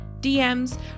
DMs